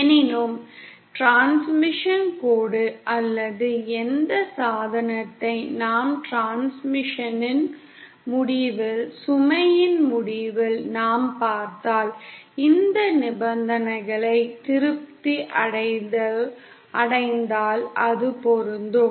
எனினும் டிரான்ஸ்மிஷன் கோடு அல்லது எந்த சாதனத்தை நாம் டிரான்ஸ்மிஷனின் முடிவில் சுமையின் முடிவில் நாம் பார்த்தால் இந்த நிபந்தனைகள் திருப்தி அடைந்தால் அது பொருந்தும்